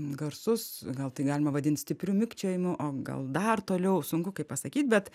garsus gal tai galima vadint stipriu mikčiojimu o gal dar toliau sunku kaip pasakyt bet